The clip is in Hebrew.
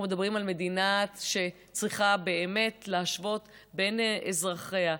אנחנו מדברים על מדינה שצריכה באמת להשוות בין אזרחיה,